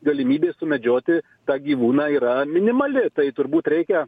galimybė sumedžioti tą gyvūną yra minimali tai turbūt reikia